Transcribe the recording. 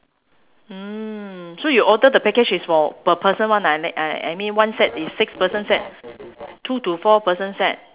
mm so you order the package is for per person [one] ah uh I I mean one set is six person set two to four person set